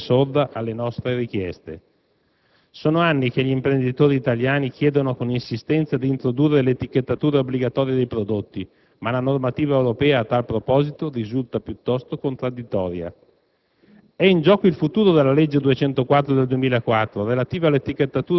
è sempre stata molto tormentata e Bruxelles sembra essere sorda alle nostre richieste. Sono anni che gli imprenditori italiani chiedono con insistenza di introdurre l'etichettatura obbligatoria dei prodotti ma la normativa europea, a tal proposito, risulta piuttosto contraddittoria.